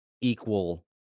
equal